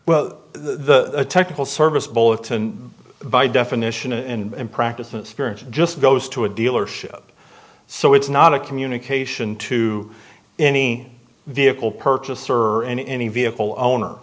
well the technical service bulletin by definition and practice in spirit just goes to a dealership so it's not a communication to any vehicle purchaser and any vehicle owner